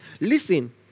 Listen